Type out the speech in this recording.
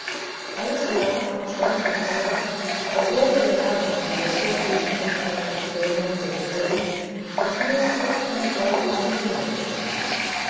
alles lag und stand umher als wäre der herr und meister eben in einem experimente begriffen und nur auf einen augenblick hinausgegangen